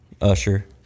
Usher